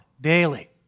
daily